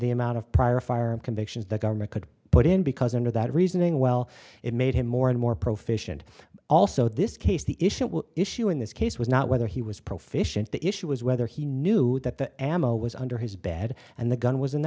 the amount of prior firearm convictions the government could put in because under that reasoning well it made him more and more proficient also this case the issue an issue in this case was not whether he was pro fish and the issue was whether he knew that the ammo was under his bed and the gun was in the